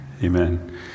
Amen